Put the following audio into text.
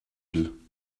deux